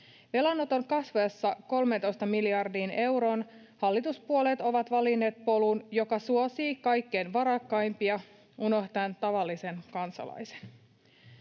Velanoton kasvaessa 13 miljardiin euroon hallituspuolueet ovat valinneet polun, joka suosii kaikkein varakkaimpia unohtaen tavallisen kansalaisen.